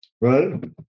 right